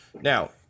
Now